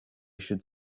should